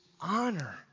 honor